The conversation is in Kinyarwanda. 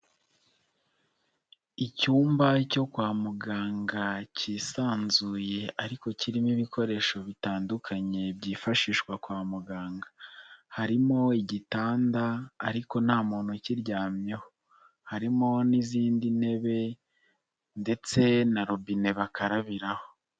Icyumba cyo kwa muganga kisanzuye ariko kirimo ibikoresho bitandukanye byifashishwa kwa muganga, harimo igitanda ariko nta muntu ukiryamyeho, harimo n'izindi ntebe ndetse na robine bakarabiraho.